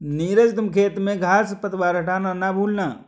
नीरज तुम खेत में घांस पतवार हटाना ना भूलना